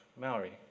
Maori